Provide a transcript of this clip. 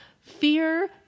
Fear